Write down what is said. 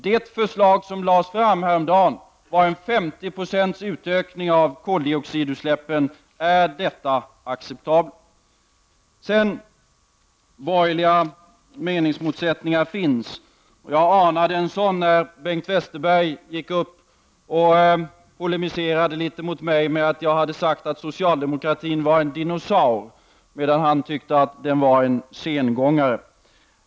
Det förslag som lades fram häromdagen innebär 50 96 utökning av koldioxidutsläppen. Är detta acceptabelt? Borgerliga meningsmotsättningar finns, och jag anade en sådan när Bengt Westerberg gick upp och polemiserade litet mot mig med att jag hade sagt att socialdemokratin var en dinosaurie, medan han tyckte att den var en sengångare.